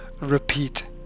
Repeat